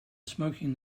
smoking